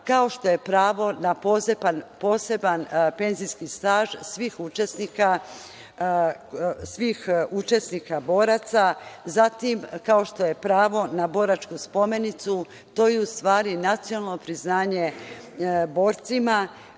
kao što je pravo na poseban penzijski staž svih učesnika boraca, zatim kao što je pravo na boračku spomenicu, to je u stvari nacionalno priznanje borcima,